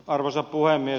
arvoisa puhemies